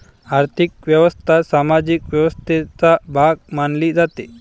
आर्थिक व्यवस्था सामाजिक व्यवस्थेचा भाग मानली जाते